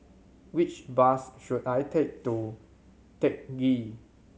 which bus should I take to Teck Ghee